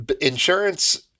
insurance